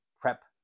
prep